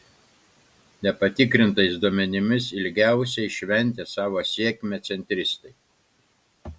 nepatikrintais duomenimis ilgiausiai šventė savo sėkmę centristai